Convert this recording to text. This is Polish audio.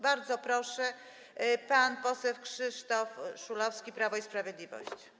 Bardzo proszę, pan poseł Krzysztof Szulowski, Prawo i Sprawiedliwość.